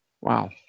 Wow